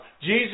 Jesus